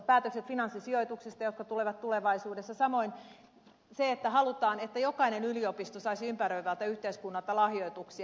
päätökset finanssisijoituksista jotka tulevat tulevaisuudessa samoin se että halutaan että jokainen yliopisto saisi ympäröivältä yhteiskunnalta lahjoituksia